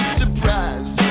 surprise